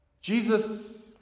Jesus